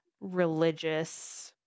religious